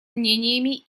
мнениями